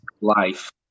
life